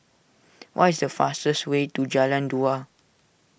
what is the fastest way to Jalan Dua